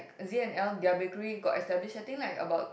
Z and L their bakery got establish I think like about